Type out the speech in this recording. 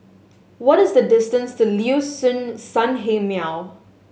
what is the distance to Liuxun Sanhemiao